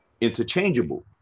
interchangeable